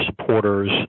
supporters